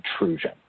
intrusion